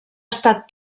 estat